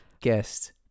guest